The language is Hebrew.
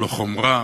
לא חומרה,